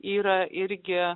yra irgi